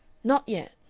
not yet,